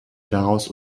daraus